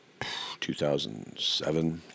2007